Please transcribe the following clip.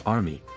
Army